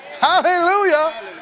Hallelujah